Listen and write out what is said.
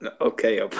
okay